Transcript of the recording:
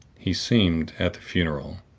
he seemed, at the funeral,